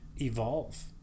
evolve